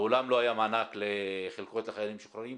לעולם לא היה מענק לחלקות לחיילים משוחררים.